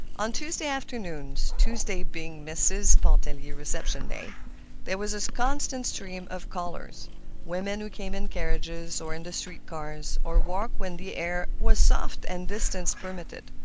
on tuesday afternoons tuesday being mrs. pontellier's reception day there was a constant stream of callers women who came in carriages or in the street cars, or walked when the air was soft and distance permitted.